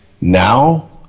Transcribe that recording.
Now